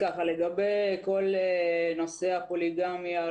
לגבי נושא הפוליגמיה,